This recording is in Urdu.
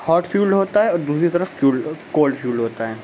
ہوٹ فیول ہوتا ہے اور دوسری طرف کولڈ فیول ہوتا ہے